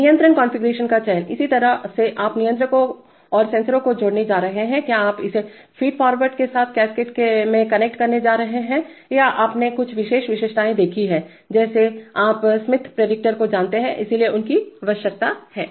नियंत्रण कॉन्फ़िगरेशन का चयनइस तरह से आप नियंत्रकों और सेंसर को जोड़ने जा रहे हैं क्या आप इसे फीड फॉरवर्ड के साथ कैस्केड में कनेक्ट करने जा रहे हैं या आपने कुछ विशेष विशेषताएं देखी हैं जैसे आप स्मिथ प्रेडिक्टर को जानते हैं इसलिए इनकी आवश्यकता है